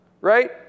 Right